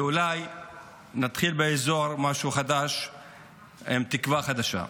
ואולי נתחיל באזור משהו חדש עם תקווה חדשה.